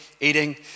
eating